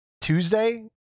Tuesday